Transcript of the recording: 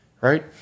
Right